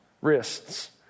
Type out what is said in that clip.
wrists